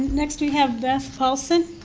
next we have beth paulson.